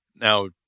Now